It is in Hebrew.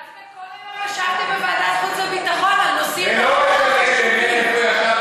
דווקא כל היום ישבתי בוועדת החוץ והביטחון על נושאים נורא-נורא חשובים.